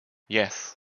yes